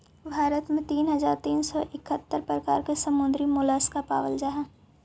भारत में तीन हज़ार तीन सौ इकहत्तर प्रकार के समुद्री मोलस्का पाबल जा हई